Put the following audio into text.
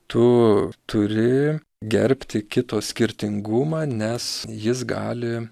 tu turi gerbti kito skirtingumą nes jis gali